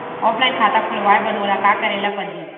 Offline खाता खोलवाय बर मोला का करे ल परही?